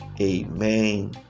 amen